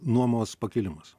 nuomos pakilimas